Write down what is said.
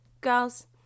Girls